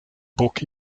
book